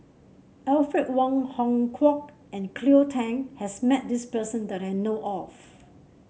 Alfred Wong Hong Kwok and Cleo Thang has met this person that I know of